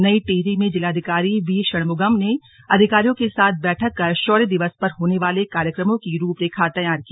नई टिहरी में जिलाधिकारी वी षणमुगम ने अधिकारियों के साथ बैठक कर शौर्य दिवस पर होने वाले कार्यक्रमों की रूपरेखा तैयार की